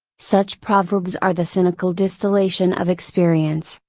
such proverbs are the cynical distillation of experience,